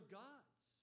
gods